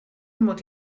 mod